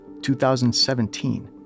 2017